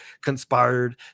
conspired